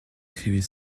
écrivez